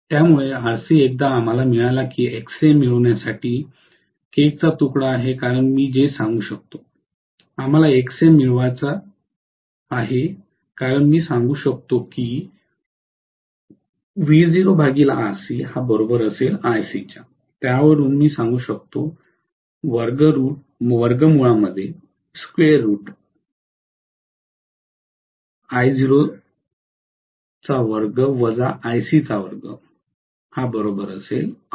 त्यामुळे Rc एकदा आम्हाला मिळाला की Xm मिळविण्यासाठी केकचा तुकडा आहे कारण मी जे सांगू शकतो आम्हाला Xm मिळवायचं आहे कारण मी सांगू शकतो की त्यावरून मी सांगू शकतो आणि